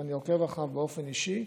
ואני עוקב אחריה באופן אישי,